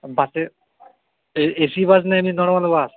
বাসে A C bus না এমনি নর্মাল বাস